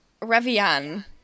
Revian